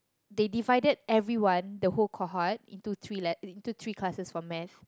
they divided everyone the whole cohort into three le~ into three classes for math